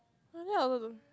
like that also don't